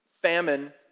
Famine